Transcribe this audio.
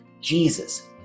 Jesus